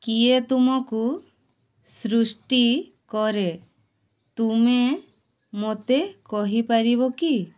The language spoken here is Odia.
କିଏ ତୁମକୁ ସୃଷ୍ଟି କରେ ତୁମେ ମୋତେ କହିପାରିବ କି